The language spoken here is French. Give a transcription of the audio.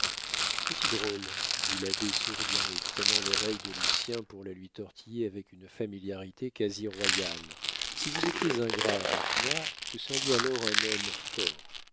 petit drôle dit l'abbé souriant et prenant l'oreille de lucien pour la lui tortiller avec une familiarité quasi royale si vous étiez ingrat avec moi vous seriez alors un homme fort